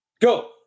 Go